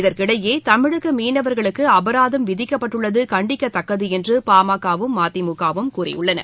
இதற்கிடையே தமிழக மீனவர்களுக்கு அபராதம் விதிக்கப்பட்டுள்ளது கண்டிக்கத்தக்கது என்று பாமகவும் மதிமுகவும் கூறியுள்ளன